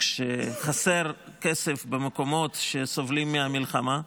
כשחסר כסף במקומות שסובלים מהמלחמה,